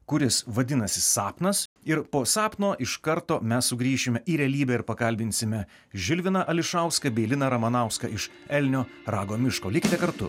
kuris vadinasi sapnas ir po sapno iš karto mes sugrįšime į realybę ir pakalbinsime žilviną ališauską bei liną ramanauską iš elnio rago miško likite kartu